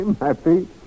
happy